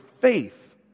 faith